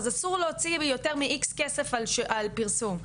אז אסור להוציא יותר מאיקס כסף על פרסום,